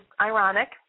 ironic